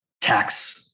tax